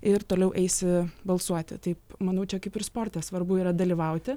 ir toliau eisi balsuoti taip manau čia kaip ir sporte svarbu yra dalyvauti